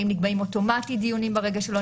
האם נקבעים אוטומטית דיונים ברגע שלא